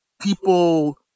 people